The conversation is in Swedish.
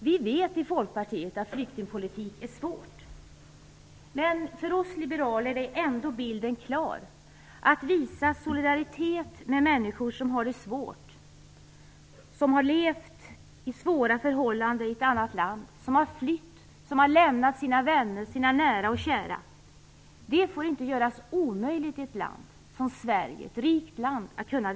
Vi i Folkpartiet vet att flyktingpolitik är svårt. Men för oss liberaler är ändå bilden klar. Att visa solidaritet med människor som har det svårt, som har levt i svåra förhållanden i ett annat land, som har flytt, som har lämnat sina vänner och sina nära och kära - det får inte göras omöjligt i ett rikt land som Sverige.